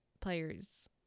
players